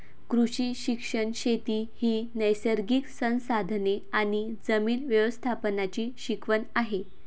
कृषी शिक्षण शेती ही नैसर्गिक संसाधने आणि जमीन व्यवस्थापनाची शिकवण आहे